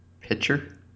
Pitcher